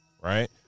Right